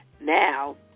Now